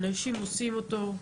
אנשים עושים אותו,